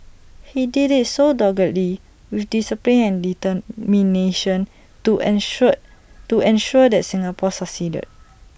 he did IT so doggedly with discipline and determination to ensure to ensure that Singapore succeeded